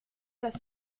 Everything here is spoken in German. das